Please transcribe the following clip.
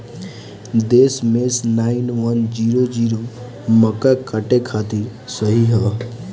दशमेश nine one zero zero मक्का काटे खातिर सही ह?